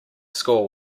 score